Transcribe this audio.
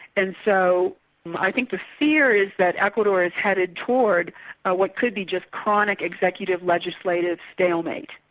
and so i think the fear is that ecuador is headed towards what could be just chronic executive legislative stalemate,